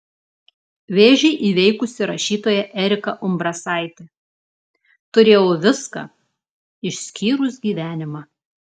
vėžį įveikusi rašytoja erika umbrasaitė turėjau viską išskyrus gyvenimą